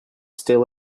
still